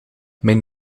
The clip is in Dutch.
mijn